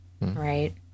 Right